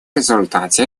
результате